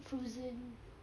frozen